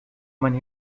mein